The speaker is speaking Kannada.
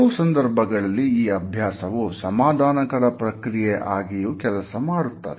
ಕೆಲವು ಸಂದರ್ಭಗಳಲ್ಲಿ ಈ ಅಭ್ಯಾಸವು ಸಮಾಧಾನಕರ ಪ್ರಕ್ರಿಯೆ ಆಗಿಯೂ ಕೆಲಸ ಮಾಡುತ್ತದೆ